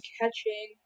catching